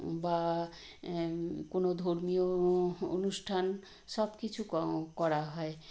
বা কোনো ধর্মীয় অনুষ্ঠান সব কিছু ক করা হয়